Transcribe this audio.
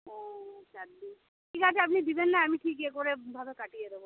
ও চার দিন ঠিক আছে আপনি দিবেন না আমি ঠিক ইয়ে করে ভাবে কাটিয়ে দেবো